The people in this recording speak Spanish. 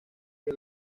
que